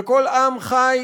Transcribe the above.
וכל עם חי